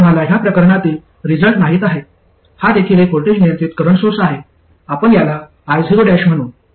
आता आम्हाला या प्रकरणातील रिझल्ट माहित आहे हा देखील एक व्होल्टेज नियंत्रित करंट सोर्स आहे आपण याला io' म्हणू